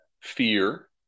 fear